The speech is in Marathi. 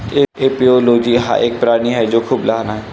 एपिओलोजी हा एक प्राणी आहे जो खूप लहान आहे